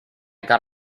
got